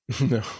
No